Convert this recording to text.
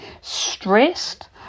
stressed